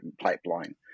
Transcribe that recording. pipeline